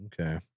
Okay